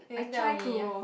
you didn't tell me